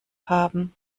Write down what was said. haben